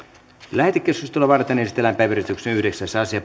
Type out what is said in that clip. lähetekeskustelua varten esitellään päiväjärjestyksen yhdeksäs asia